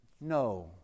no